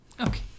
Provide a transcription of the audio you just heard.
Okay